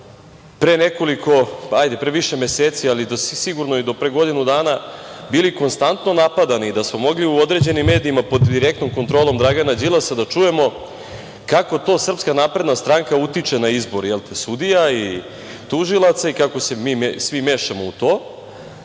pre nekoliko, hajde pre više meseci, ali sigurno do pre godinu dana, bili konstantno napadani, da smo mogli u određenim medijima pod direktnom kontrolom Dragana Đilasa da čujemo kako to SNS utiče na izbor sudija i tužilaca i kako se svi mešamo u to.